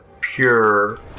pure